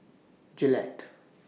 Gillette